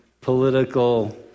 political